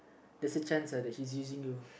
there's a chance lah that's she's using you